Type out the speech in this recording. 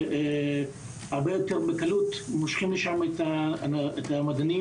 שהרבה יותר בקלות מושכים לשם את המדענים,